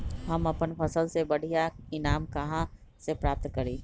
हम अपन फसल से बढ़िया ईनाम कहाँ से प्राप्त करी?